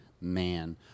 Man